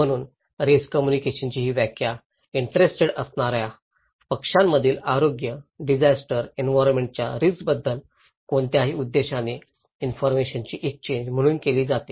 म्हणून risk communication ची व्याख्या इंटरेस्टेड असणार्या पक्षांमधील आरोग्य डिजास्टर एंवीरोन्मेण्टच्या रिस्कबद्दल कोणत्याही उद्देशाने इन्फॉरमेशनची एक्सचेन्ज म्हणून केली जाते